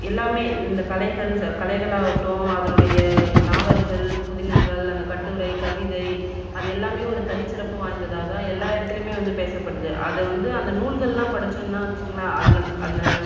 எல்லாமே இந்த கலைகள் கலைகளாகட்டும் அதனுடைய நாவல்கள் புதினங்கள் அந்த கட்டுரை கவிதை அது எல்லாமே ஒரு தனிச்சிறப்பு வாய்ந்ததாதான் எல்லா இடத்துலையுமே வந்து பேசப்படுகிது அதை வந்து அந்த நூல்கள்லாம் படித்தோன்னா வச்சுக்கங்களே அதில் அந்த